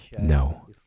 No